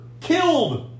killed